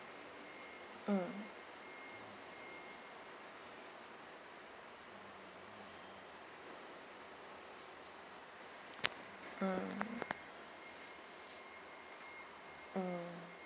mm mm mm